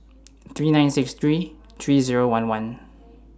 three nine six three three Zero one one